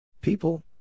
People